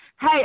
hey